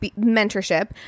mentorship